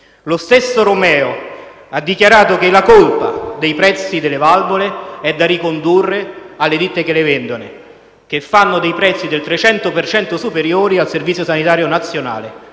Lo stesso Romeo ha dichiarato che la colpa dei prezzi delle valvole è da ricondurre alle ditte che le vendono, che fanno dei prezzi superiori del 300 per cento per il Servizio sanitario nazionale.